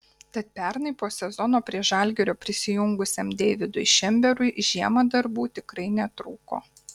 tad pernai po sezono prie žalgirio prisijungusiam deividui šemberui žiemą darbų tikrai netrūko